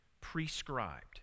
prescribed